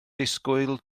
disgwyl